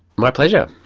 my pleasure.